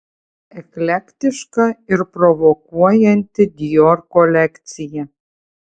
eklektiška ir provokuojanti dior kolekcija